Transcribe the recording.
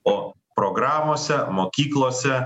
o programose mokyklose